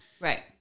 right